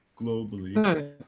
globally